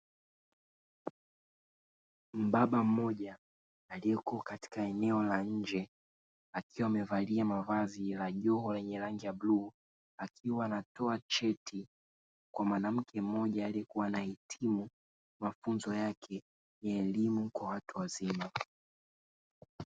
Mbaba mmoja aliyeko akatika eneo la nje, akiwa amevalia mavazi ya joho yenye rangi ya bluu; akiwa anatoa cheti kwa mwanamke mmoja aliyekuwa anahitimu mafunzo yake ya elimu kwa watu wazima.